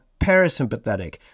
parasympathetic